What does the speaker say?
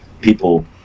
people